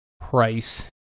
price